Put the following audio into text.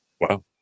Wow